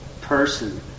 person